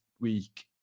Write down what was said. week